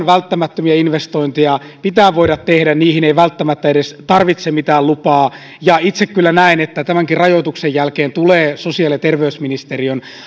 välttämättömiä investointeja pitää voida tehdä niihin ei välttämättä edes tarvitse mitään lupaa itse kyllä näen että tämänkin rajoituksen jälkeen tulee sosiaali ja terveysministeriön